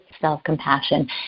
self-compassion